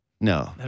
No